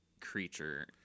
creature